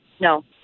No